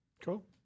Cool